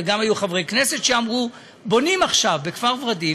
וגם היו חברי כנסת שאמרו: בונים עכשיו בכפר ורדים,